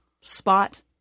spot